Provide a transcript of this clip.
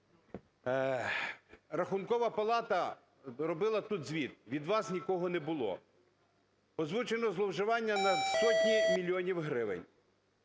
Рахункова палата робила тут звіт. Від вас нікого не було. Озвучено зловживання на сотні мільйонів гривень,